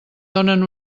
donen